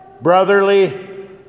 brotherly